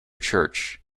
church